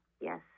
yes